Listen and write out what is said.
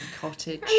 cottage